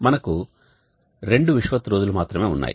మనకు రెండు విషువత్తు రోజులు మాత్రమే ఉన్నాయి